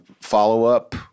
follow-up